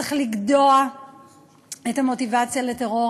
צריך לגדוע את המוטיבציה לטרור,